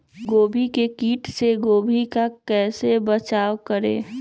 गोभी के किट से गोभी का कैसे बचाव करें?